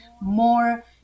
more